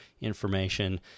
information